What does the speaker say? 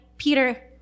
Peter